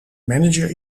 manager